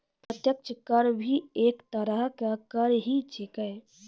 प्रत्यक्ष कर भी एक तरह के कर ही छेकै